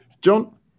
John